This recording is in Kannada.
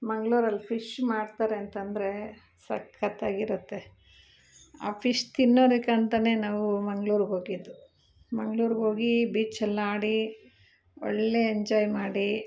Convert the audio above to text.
ಮಂಗ್ಳೂರಲ್ಲಿ ಫಿಶ್ ಮಾಡ್ತಾರೆ ಅಂತಂದರೆ ಸಕ್ಕತ್ತಾಗಿರತ್ತೆ ಆ ಫಿಶ್ ತಿನ್ನೋದಕ್ಕಂತ ನಾವು ಮಂಗ್ಳೂರಿಗೆ ಹೋಗಿದ್ದು ಮಂಗ್ಳೂರಿಗೆ ಹೋಗಿ ಬೀಚಲ್ಲಿ ಆಡಿ ಒಳ್ಳೆ ಎಂಜಾಯ್ ಮಾಡಿ